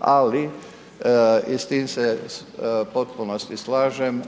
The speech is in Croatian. ali i s tim se u potpunosti slažem